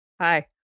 hi